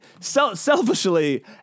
Selfishly